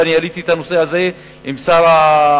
ואני העליתי את הנושא הזה בפגישה עם שר התחבורה,